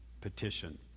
petition